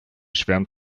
schwärmt